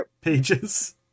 pages